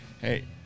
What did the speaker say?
Hey